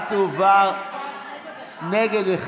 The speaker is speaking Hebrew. נגד,